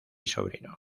sobrino